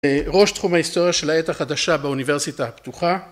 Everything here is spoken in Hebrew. ראש תחום ההיסטוריה של העת החדשה באוניברסיטה הפתוחה.